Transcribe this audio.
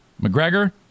McGregor